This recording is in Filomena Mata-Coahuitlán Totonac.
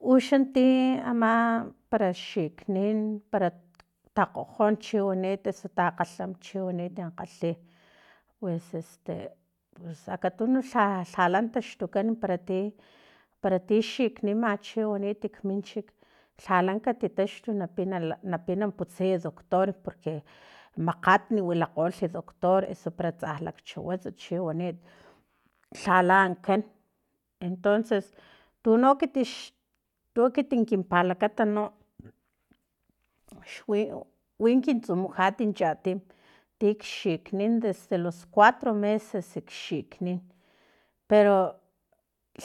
Uxanti ama para xiknin para takgojon chiwanit usu takgalham chi wanit kgalhi pues este pues akatuni lha lhala taxtukan para ti para ti xiknima chi wanit minchik lhalan kati taxtu na pin na pina putsay doctor porque makgatni wilakgolh doctor eso para tsa lakchawa tsa chiwanit lhala ankan entonces tuno ekit x tuekiti kin palakata no xwi kin tsumujat chatin tik xiknin desde los cuatro meses kxiknin pero